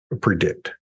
predict